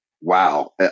wow